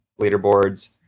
leaderboards